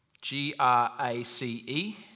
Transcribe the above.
G-R-A-C-E